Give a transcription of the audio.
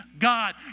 God